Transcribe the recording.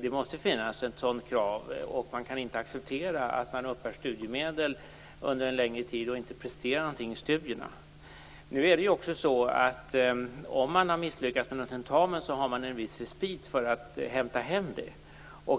Det måste finnas ett sådant krav. Det går inte att acceptera att man uppbär studiemedel under en längre tid utan att prestera någonting i studierna. Nu är det också så att om man har misslyckats med någon tentamen har man en viss respit för att hämta hem det.